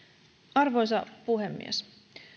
arvoisa puhemies